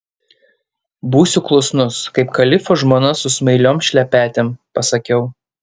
būsiu klusnus kaip kalifo žmona su smailiom šlepetėm pasakiau